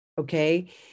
okay